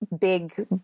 big